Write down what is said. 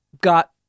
got